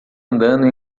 andando